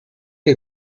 che